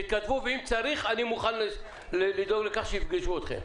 אם צריך אני מוכן לדאוג לכך שיפגשו אתכם.